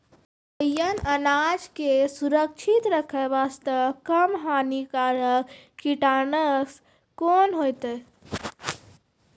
खैहियन अनाज के सुरक्षित रखे बास्ते, कम हानिकर कीटनासक कोंन होइतै?